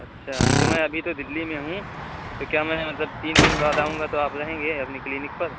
اچھا تو میں ابھی تو دلّی میں ہوں تو کیا میں مطلب تین دِن بعد آؤں گا تو آپ رہیں گے اپنی کلینک پر